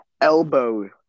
elbow